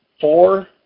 four